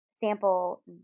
sample